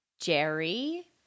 Jerry